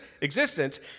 existence